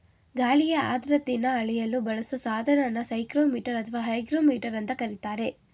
ಗಾಳಿಯ ಆರ್ದ್ರತೆನ ಅಳೆಯಲು ಬಳಸೊ ಸಾಧನನ ಸೈಕ್ರೋಮೀಟರ್ ಅಥವಾ ಹೈಗ್ರೋಮೀಟರ್ ಅಂತ ಕರೀತಾರೆ